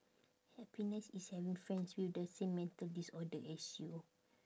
happiness is having friends with the same mental disorder as you